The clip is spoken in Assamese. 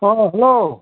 অ হেল্ল'